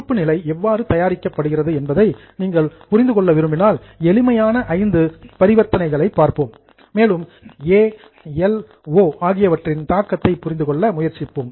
இருப்புநிலை எவ்வாறு தயாரிக்கப்படுகிறது என்பதை நீங்கள் புரிந்து கொள்ள விரும்பினால் எளிமையான 5 டிரன்சாக்சன்ஸ் பரிவர்த்தனைகளை பார்ப்போம் மேலும் ஏ எல் ஓ ஆகியவற்றின் தாக்கத்தை புரிந்து கொள்ள முயற்சிப்போம்